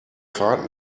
fahrt